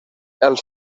els